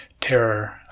terror